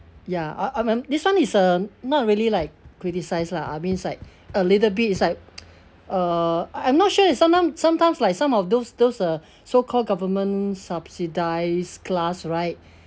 ya I mean I mean this [one] is uh not really like criticise lah I means like a little bit it's like uh I'm not sure it's sometime sometimes like some of those those uh so-called government subsidised class right